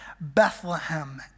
Bethlehem